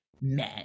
men